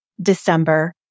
December